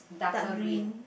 dark green